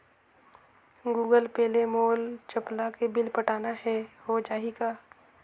Google Pay ले मोल चपला के बिल पटाना हे, हो जाही का?